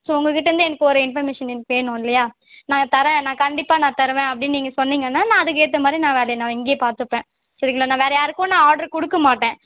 so உங்கள் கிட்டேயிருந்து எனக்கு ஒரு இன்ஃபர்மேஷன் எனக்கு வேணும் இல்லையா நான் தரேன் நான் கண்டிப்பாக நான் தருவேன் அப்படின்னு நீங்கள் சொன்னீங்கன்னால் நான் அதுக்கேற்ற மாதிரி நான் அதை இங்கேயே பார்த்துப்பேன் சரிங்களா நான் வேறு யாருக்கும் நான் ஆட்ரு கொடுக்க மாட்டேன்